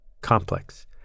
complex